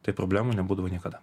tai problemų nebūdavo niekada